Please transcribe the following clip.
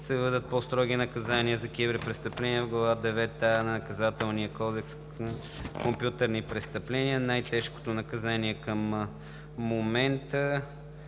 се въведат по-строги наказания за киберпрестъпленията в Глава девета „а“ на Наказателния кодекс „Компютърни престъпления“. Най-тежкото наказание в момента